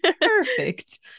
Perfect